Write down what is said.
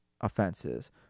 offenses